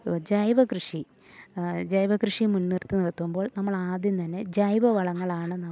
ജൈവ കൃഷി ജൈവ കൃഷി മുൻ നിർത്തി നിർത്തുമ്പോൾ നമ്മൾ ആദ്യം തന്നെ ജൈവ വളങ്ങളാണ് നമ്മൾ